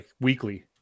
weekly